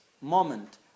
moment